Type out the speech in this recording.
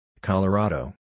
Colorado